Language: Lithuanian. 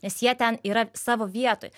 nes jie ten yra savo vietoj